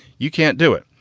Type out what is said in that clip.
you can't do it.